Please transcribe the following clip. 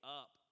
up